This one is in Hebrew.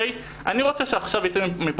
אני רוצה שעכשיו ייצא מפה